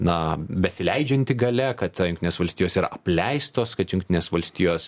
na besileidžianti galia kad jungtinės valstijos yra apleistos kad jungtinės valstijos